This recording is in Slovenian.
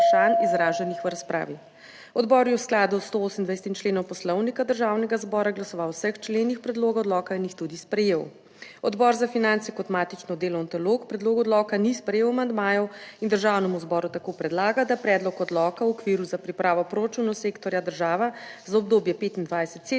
Odbor za finance kot matično delovno telo k predlogu odloka ni sprejel amandmajev in Državnemu zboru tako predlaga, da predlog odloka v okviru za pripravo proračunov sektorja država za obdobje 2025-